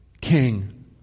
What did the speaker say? King